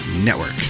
network